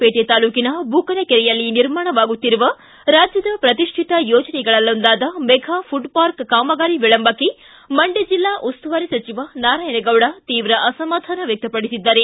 ಪೇಟೆ ತಾಲೂಕಿನ ಬೂಕನಕೆರೆಯಲ್ಲಿ ನಿರ್ಮಾಣವಾಗುತ್ತಿರುವ ರಾಜ್ಯದ ಪ್ರತಿಷ್ಠಿತ ಯೋಜನೆಗಳಲ್ಲೊಂದಾದ ಮೆಫಾ ಪುಡ್ ಪಾರ್ಕ್ ಕಾಮಗಾರಿ ವಿಳಂಬಕ್ಕೆ ಮಂಡ್ಯ ಜಿಲ್ಲಾ ಉಸ್ತುವಾರಿ ಸಚಿವ ನಾರಾಯಣಗೌಡ ತೀವ್ರ ಅಸಮಾಧಾನ ವ್ಯಕ್ತಪಡಿಸಿದ್ದಾರೆ